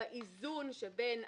באיזון שבין